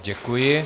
Děkuji.